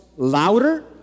louder